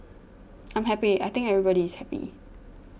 I'm happy I think everybody is happy